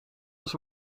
ons